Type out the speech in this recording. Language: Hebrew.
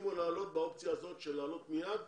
שיסכימו לעלות באופציה הזאת של לעלות מיד.